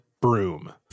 broom